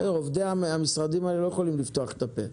עובדי המשרדים האלה לא יכולים לפתוח את הפה.